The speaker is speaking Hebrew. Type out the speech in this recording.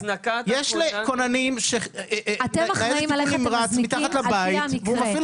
אתם אחראים על איך אתם מזניקים על פי המקרה.